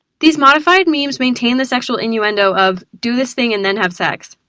these modified memes maintain the sexual innuendo of do this thing and then have sex.